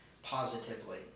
Positively